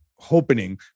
Hoping